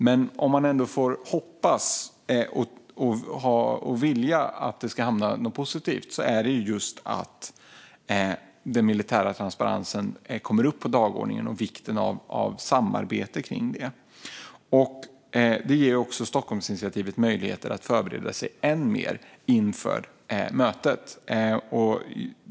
Men om man ändå vill och hoppas att det ska hända något positivt är det just att den militära transparensen kommer upp på dagordningen och vikten av samarbete kring det. Det ger också Stockholmsinitiativet möjligheter att förbereda sig än mer inför mötet.